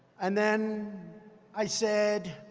and then i said,